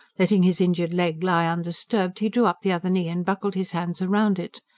letting his injured leg lie undisturbed, he drew up the other knee and buckled his hands round it.